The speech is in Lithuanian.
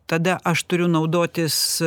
tada aš turiu naudotis